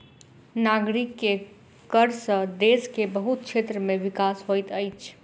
नागरिक के कर सॅ देश के बहुत क्षेत्र के विकास होइत अछि